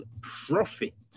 Profit